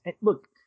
look